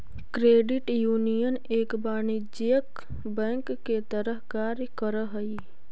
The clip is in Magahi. क्रेडिट यूनियन एक वाणिज्यिक बैंक के तरह कार्य करऽ हइ